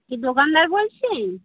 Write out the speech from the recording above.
কি দোকানদার বলছি